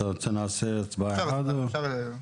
ההצעה עברה צו הכניסה לישראל (פטור מאשרה)